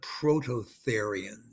Prototherians